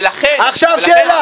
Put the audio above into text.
ולכן -- עכשיו שאלה.